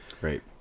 Right